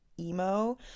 emo